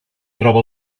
troba